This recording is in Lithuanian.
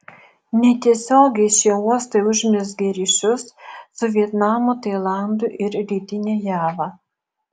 netiesiogiai šie uostai užmezgė ryšius su vietnamu tailandu ir rytine java